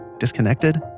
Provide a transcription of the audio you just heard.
disconnected?